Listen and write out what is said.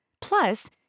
Plus